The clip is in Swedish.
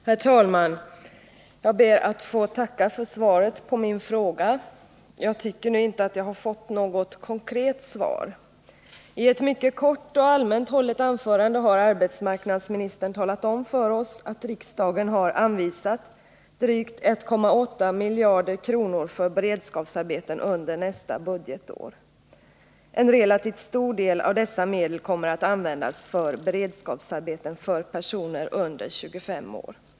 Herr talman! Jag ber att få tacka för svaret på min fråga. Jag tycker nu inte att jag har fått något konkret svar. I ett mycket kort och allmänt hållet anförande har arbetsmarknadsministern talat om för oss att riksdagen har anvisat drygt 1,8 miljarder kronor för beredskapsarbeten under nästa budgetår. En relativt stor del av dessa medel kommer att användas för beredskapsarbeten för personer under 25 år.